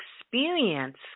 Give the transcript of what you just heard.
experience